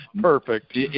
Perfect